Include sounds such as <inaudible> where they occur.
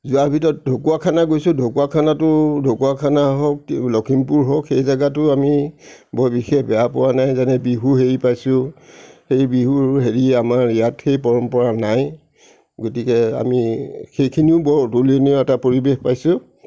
যোৱা ভিতৰত ঢকুৱাখানা গৈছোঁ ঢকুৱাখানাতো ঢকুৱাখানা হওক <unintelligible> লক্ষীমপুৰ হওক সেই জেগাতো আমি বৰ বিশেষ বেয়া পোৱা নাই যেনে বিহু হেৰি পাইছোঁ সেই বিহুৰ হেৰি আমাৰ ইয়াত সেই পৰম্পৰা নাই গতিকে আমি সেইখিনিও বৰ অতুলনীয় এটা পৰিৱেশ পাইছোঁ